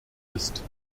ist